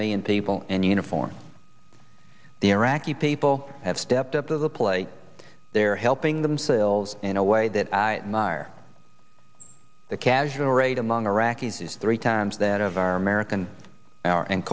million people in uniform the iraqi people have stepped up to the plate they're helping themselves in a way that i admire the casual rate among iraqi it is three times that of our american